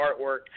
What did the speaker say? artwork